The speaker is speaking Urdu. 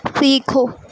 سیکھو